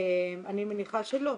אני מניחה שלא,